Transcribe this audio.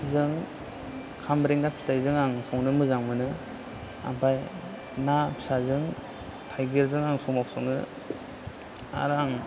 जों खामब्रेंगा फिथायजों आं संनो मोजां मोनो ओमफ्राय ना फिसाजों थायगिरजों आं समाव सङो आरो आं